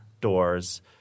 doors